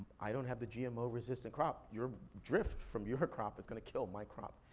i don't have the gmo-resistant crop. your drift from your crop is gonna kill my crop.